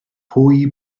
hwy